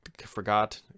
forgot